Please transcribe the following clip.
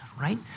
Right